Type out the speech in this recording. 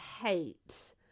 hate